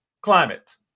climate